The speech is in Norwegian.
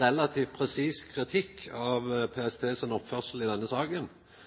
relativt presis kritikk av PST sin oppførsel i denne saka,